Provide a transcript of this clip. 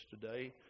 today